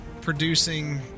producing